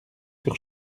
sur